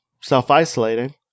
self-isolating